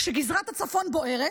כשגזרת הצפון בוערת,